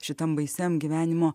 šitam baisiam gyvenimo